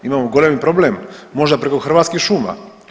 Imamo golemi problem, možda preko Hrvatskih šuma.